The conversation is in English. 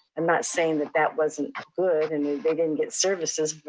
i'm not saying that that wasn't ah good, and they didn't get services,